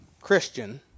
Christian